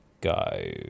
go